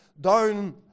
down